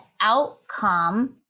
outcome